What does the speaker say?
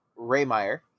Raymeyer